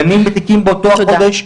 דנים בתיקים באותו החודש,